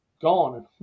gone